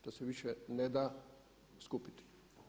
To se više ne da skupiti.